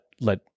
let